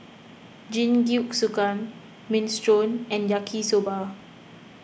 Jingisukan Minestrone and Yaki Soba